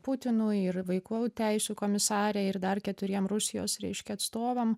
putinui ir vaikų teisių komisarei ir dar keturiem rusijos reiškia atstovam